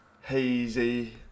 hazy